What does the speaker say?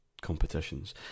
competitions